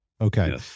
Okay